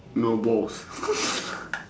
no balls